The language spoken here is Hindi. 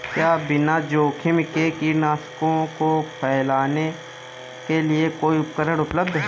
क्या बिना जोखिम के कीटनाशकों को फैलाने के लिए कोई उपकरण उपलब्ध है?